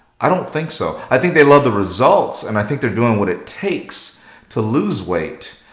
i don't think so. i think they love the results and i think they're doing what it takes to lose weight,